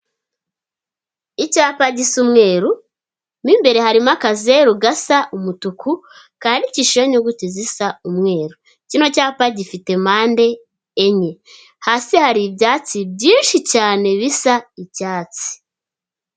Icyapa gisia umweru, mu imbere harimo akazeru gasa umutuku, kandikishijeho y'inyuguti zisa umweru, kino cyapa gifite mpande enye, hasi hari ibyatsi byinshi cyane bisa icyatsi.